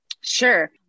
Sure